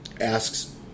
asks